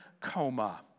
coma